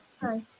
Hi